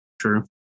True